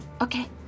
Okay